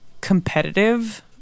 competitive